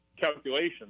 calculations